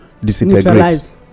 disintegrate